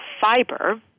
fiber